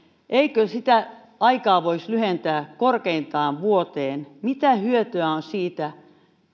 eikö sitä aikaa voisi lyhentää korkeintaan vuoteen mitä hyötyä on siitä